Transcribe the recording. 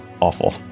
awful